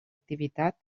activitat